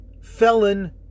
felon